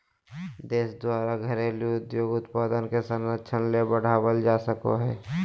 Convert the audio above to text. देश द्वारा घरेलू उद्योग उत्पाद के संरक्षण ले बढ़ावल जा सको हइ